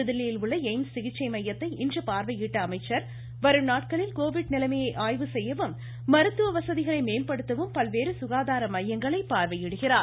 புதுதில்லியில் உள்ள எய்ம்ஸ் சிகிச்சை மையத்தை இன்று பார்வையிட்ட அமைச்சர் வரும் நாட்களில் கோவிட் நிலைமையை ஆய்வு செய்யவும் மருத்துவ வசதிகளை மேம்படுத்தவும் பல்வேறு சுகாதார மையங்களை பார்வையிடுகிறார்